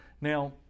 Now